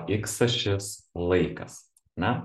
iks ašis laikas ne